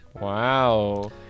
Wow